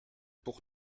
pour